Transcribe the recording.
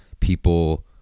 People